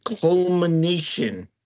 culmination